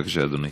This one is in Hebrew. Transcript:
בבקשה, אדוני.